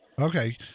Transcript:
Okay